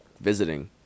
visiting